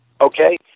okay